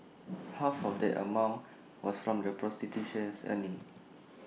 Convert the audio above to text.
half of that amount was from the prostitutions earnings